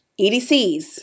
EDCs